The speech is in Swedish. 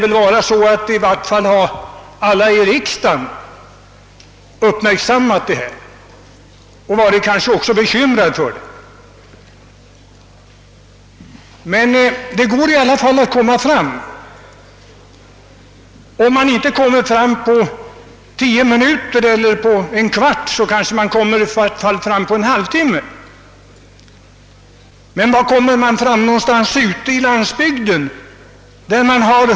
I varje fall lär väl alla i riksdagen ha uppmärksammat detta och kanske även hyst bekymmer för saken. Men det går i alla fall att komma fram. Om man inte kommer fram på tio minuter eller en kvart, kanske man kommer fram på en halvtimme. Men var kommer man fram ute i landsbygden?